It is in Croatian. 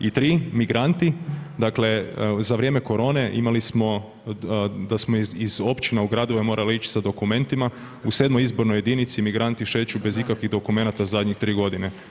I tri, migranti dakle za vrijeme korone imali smo da smo iz općina u gradove morali ić sa dokumentima, u 7. izbornoj jedinici migranti šeću bez ikakvih dokumenata zadnje tri godine.